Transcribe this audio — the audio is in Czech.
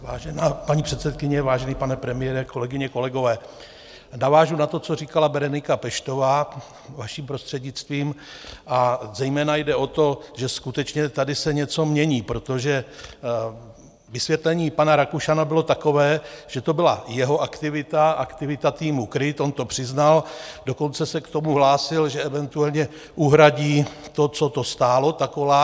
Vážená paní předsedkyně, vážený pane premiére, kolegyně, kolegové, navážu na to, co říkala Berenika Peštová, vaším prostřednictvím, a zejména jde o to, že skutečně tady se něco mění, protože vysvětlení pana Rakušana bylo takové, že to byla jeho aktivita, aktivita týmu KRIT, on to přiznal, dokonce se k tomu hlásil, že eventuálně uhradí to, co to stálo, ta koláž.